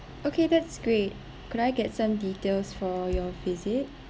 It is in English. okay that's great could I get some details for your visit